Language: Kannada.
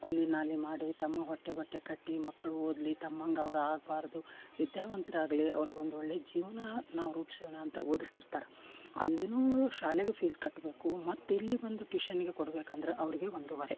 ಕೂಲಿ ನಾಲಿ ಮಾಡಿ ತಮ್ಮ ಹೊಟ್ಟೆ ಬಟ್ಟೆ ಕಟ್ಟಿ ಮಕ್ಕಳು ಓದಲಿ ತಮ್ಮಂಗೆ ಅವ್ರು ಆಗಬಾರ್ದು ವಿದ್ಯಾವಂತರಾಗಲಿ ಅವ್ರಿಗೆ ಒಂದೊಳ್ಳೆಯ ಜೀವನ ನಾವು ರೂಪಿಸೋಣ ಅಂತ ಓದಿಸ್ತಿರ್ತಾರೆ ಅಲ್ಲಿಯೂ ಶಾಲೆಗೆ ಫೀಸ್ ಕಟ್ಟಬೇಕು ಮತ್ತು ಇಲ್ಲಿಗೆ ಬಂದು ಟ್ಯೂಷನ್ನಿಗೆ ಕೊಡ್ಬೇಕಂದ್ರೆ ಅವ್ರಿಗೆ ಒಂದು ಹೊರೆ